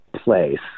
place